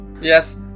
Yes